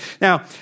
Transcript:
Now